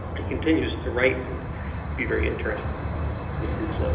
he continues to write and be very interesting with his.